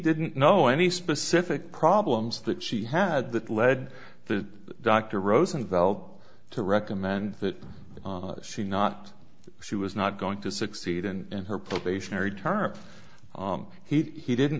didn't know any specific problems that she had that led the dr rosenfeld to recommend that she not she was not going to succeed in her probationary term he he didn't